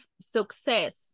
success